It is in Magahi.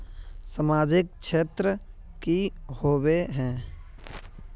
सामाजिक क्षेत्र की होबे है?